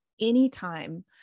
anytime